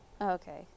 Okay